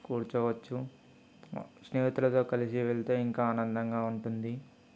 కూర్చోవచ్చు స్నేహితులతో కలిసి వెళ్తే ఇంకా ఆనందంగా ఉంటుంది